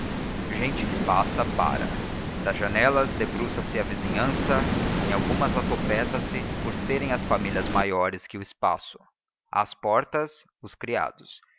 gente que passa para das janelas debruça se a vizinhança em algumas atopeta se por serem as famílias maiores que o espaço às portas os criados